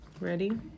Ready